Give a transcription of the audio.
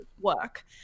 work